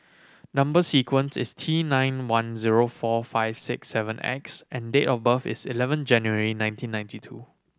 number sequence is T nine one zero four five six seven X and date of birth is eleven January nineteen ninety two